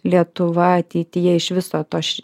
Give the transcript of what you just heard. lietuva ateityje iš viso to aš